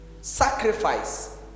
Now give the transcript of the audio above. sacrifice